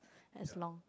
as long